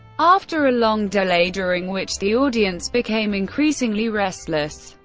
after a long delay, during which the audience became increasingly restless,